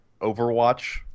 Overwatch